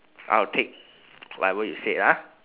I'll take whatever you said ah